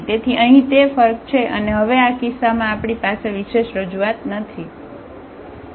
તેથી અહીં તે ફર્ક છે અને હવે આ કિસ્સામાં આપણી પાસે વિશેષ રજૂઆત નથી